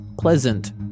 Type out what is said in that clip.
pleasant